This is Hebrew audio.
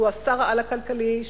שהוא שר-העל הכלכלי,